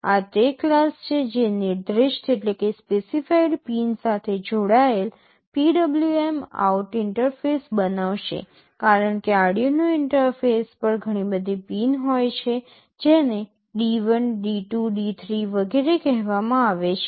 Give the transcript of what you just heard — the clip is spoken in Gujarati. આ તે ક્લાસ છે જે નિર્દિષ્ટ પિન સાથે જોડાયેલ PwmOut ઇન્ટરફેસ બનાવશે કારણ કે Ardino ઇન્ટરફેસ પર ઘણી બધી પિન હોય છે જેને D1 D2 D3 વગેરે કહેવામાં આવે છે